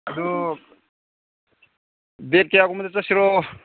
ꯑꯗꯨ ꯗꯦꯠ ꯀꯌꯥꯒꯨꯝꯕꯗ ꯆꯠꯁꯤꯔꯣ